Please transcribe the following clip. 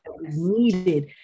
needed